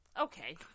Okay